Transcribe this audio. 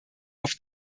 auf